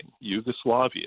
Yugoslavia